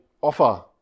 offer